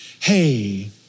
hey